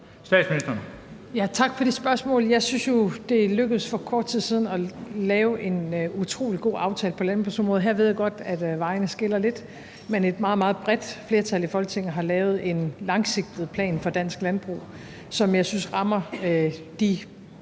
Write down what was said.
Tak for det spørgsmål. Jeg synes jo, det lykkedes for kort tid siden at lave en utrolig god aftale på landbrugsområdet, og her ved jeg godt, at vejene skiller lidt, men et meget, meget bredt flertal i Folketinget har lavet en langsigtet plan for dansk landbrug, som jeg synes rammer de